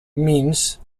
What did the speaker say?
means